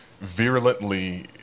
virulently